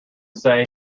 say